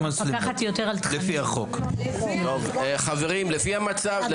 אלי דלל (יו”ר הוועדה לזכויות הילד): חברים,